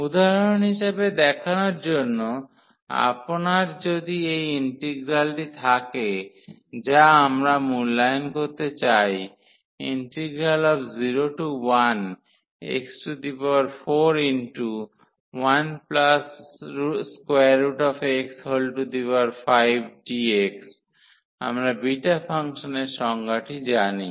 উদাহরণ হিসাবে দেখানোর জন্য আপনার যদি এই ইন্টিগ্রালটি থাকে যা আমরা মূল্যায়ন করতে চাই 01x41 x5dx আমরা বিটা ফাংশনের সংজ্ঞাটি জানি